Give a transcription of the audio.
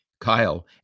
Kyle